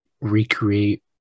recreate